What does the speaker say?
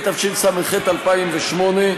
התשס"ח 2008,